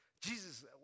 Jesus